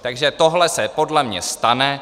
Takže tohle se podle mě stane.